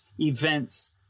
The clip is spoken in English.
events